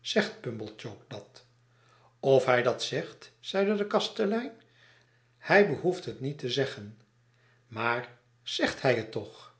zegt pumblechook dat of hij dat zegt zeide de kastelein hij behoeft het niet te zeggen maar zegt hij het toch